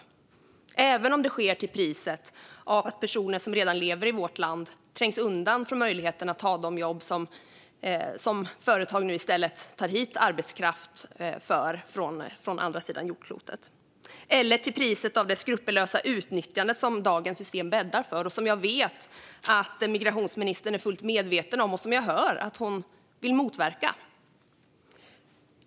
Detta även om det sker till priset av att personer som redan lever i vårt land trängs undan från möjligheten att ta jobb som företag i stället tar hit arbetskraft för från andra sidan jordklotet, eller till priset av det skrupelfria utnyttjande som dagens system bäddar för och som jag vet att migrationsministern är fullt medveten om och som jag hör att hon vill motverka.